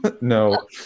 No